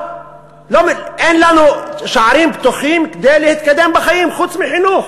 אין לנו שערים פתוחים כדי להתקדם בחיים חוץ מחינוך.